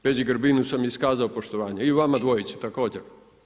Peđi Grbinu sam iskazao poštovanje i vama dvojici, također.